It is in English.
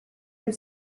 her